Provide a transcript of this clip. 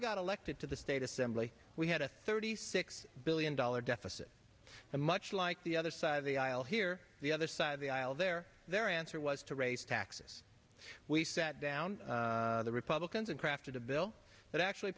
got elected to the state assembly we had a thirty six billion dollar deficit the much like the other side of the aisle here the other side of the aisle there their answer was to raise taxes we sat down the republicans and crafted a bill that actually